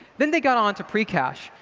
then they got on to precache.